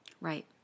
Right